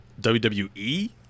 WWE